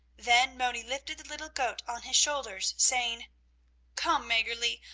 then moni lifted the little goat on his shoulders, saying come, maggerli,